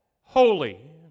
holy